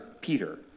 Peter